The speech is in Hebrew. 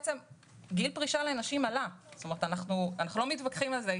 גיל פרישה לנשים עלה, אנחנו לא מתווכחים על זה.